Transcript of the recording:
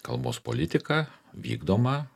kalbos politika vykdoma